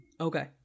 Okay